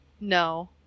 No